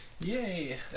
Yay